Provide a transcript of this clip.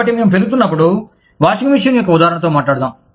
కాబట్టి మేము పెరుగుతున్నప్పుడు వాషింగ్ మెషీన్ యొక్క ఉదాహరణతో మాట్లాడుదాం